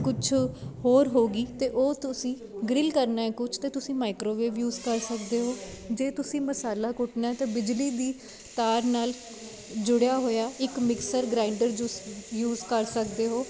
ਕੁਛ ਹੋਰ ਹੋ ਗਈ ਅਤੇ ਉਹ ਤੁਸੀਂ ਗਰਿੱਲ ਕਰਨਾ ਕੁਝ ਅਤੇ ਤੁਸੀਂ ਮਾਈਕਰੋਵੇਵ ਯੂਜ ਕਰ ਸਕਦੇ ਹੋ ਜੇ ਤੁਸੀਂ ਮਸਾਲਾ ਕੁੱਟਣਾ ਤਾਂ ਬਿਜਲੀ ਦੀ ਤਾਰ ਨਾਲ ਜੁੜਿਆ ਹੋਇਆ ਇੱਕ ਮਿਕਸਰ ਗਰਾਂਈਡਰ ਯੁਜ ਯੂਜ਼ ਕਰ ਸਕਦੇ ਹੋ